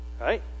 Right